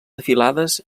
afilades